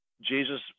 Jesus